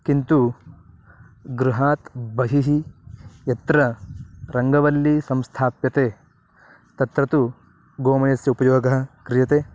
किन्तु गृहात् बहिः यत्र रङ्गवल्ली संस्थाप्यते तत्र तु गोमयस्य उपयोगः क्रियते